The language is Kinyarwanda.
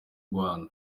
rwanda